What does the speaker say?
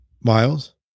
Miles